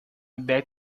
beg